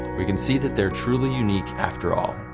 we can see that they're truly unique after all.